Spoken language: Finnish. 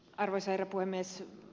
arvoisa herra puhemies